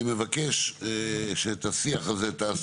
ימונו לתקופה של שלוש שנים וניתן